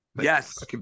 Yes